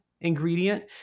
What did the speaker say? ingredient